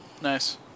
nice